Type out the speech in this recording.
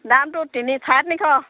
দামটো তিনি চাৰে তিনিশ